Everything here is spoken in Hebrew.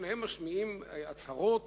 שניהם משמיעים הצהרות